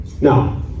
Now